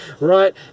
right